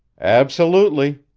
absolutely!